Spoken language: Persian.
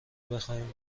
بخواهیم